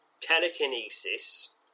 telekinesis